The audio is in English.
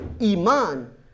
Iman